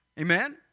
Amen